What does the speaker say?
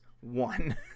one